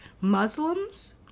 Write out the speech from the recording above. Muslims